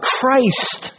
Christ